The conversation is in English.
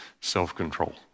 self-control